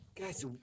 Guys